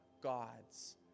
God's